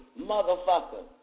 motherfucker